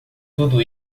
tudo